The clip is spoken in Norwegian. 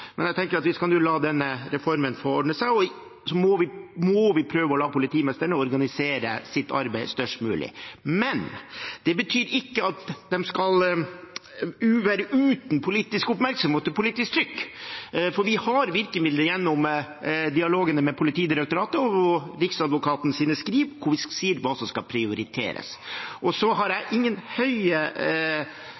Jeg tenker at vi nå skal la denne reformen få gå seg til, og så må vi prøve å la politimestrene organisere sitt arbeid i størst mulig grad. Det betyr ikke at de skal være uten politisk oppmerksomhet eller politisk trykk. Vi har virkemidler gjennom dialogene med Politidirektoratet og Riksadvokatens skriv, hvor vi sier hva som skal prioriteres. Jeg har